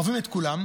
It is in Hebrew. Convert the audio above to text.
אוהבים את כולם,